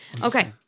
Okay